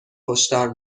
هشدار